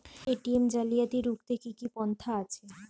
ATM জালিয়াতি রুখতে কি কি পন্থা আছে?